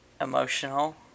emotional